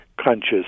conscious